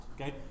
okay